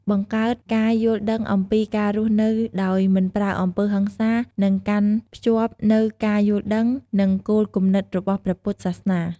បង្កើតការយល់ដឺងអំពីការរស់នៅដោយមិនប្រើអំពើហិង្សា និងកាន់ភ្ជាប់នូវការយល់ដឹង និងគោលគំនិត របស់ព្រះពុទ្ធសាសនា។